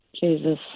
Jesus